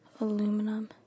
aluminum